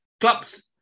clubs